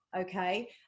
okay